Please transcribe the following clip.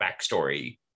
backstory